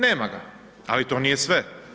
Nema ga, ali to nije sve.